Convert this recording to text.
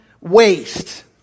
waste